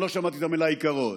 אני לא שמעתי את המילה עיקרון.